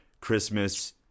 Christmas